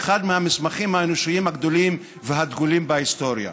אחד המסמכים האנושיים הגדולים והדגולים בהיסטוריה.